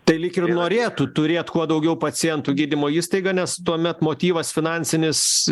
tai lyg ir norėtų turėt kuo daugiau pacientų gydymo įstaiga nes tuomet motyvas finansinis